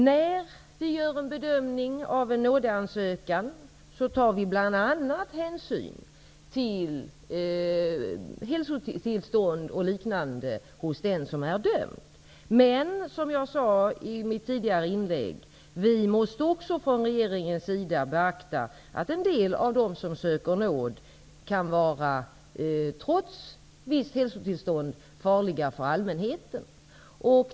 När vi gör en bedömning av en nådeansökan tar vi bl.a. hänsyn till hälsotillstånd m.m. hos den som är dömd. Men som jag sade i mitt tidigare inlägg måste vi också från regeringens sida beakta att en del av dem som söker nåd kan vara farliga för allmänheten trots visst hälsotillstånd.